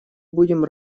будем